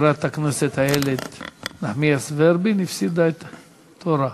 חברת הכנסת איילת נחמיאס ורבין הפסידה את תורה.